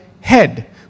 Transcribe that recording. head